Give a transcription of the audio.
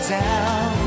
down